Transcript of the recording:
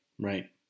Right